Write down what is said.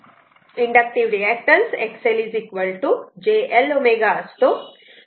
inductive reactance XL j L ω असतो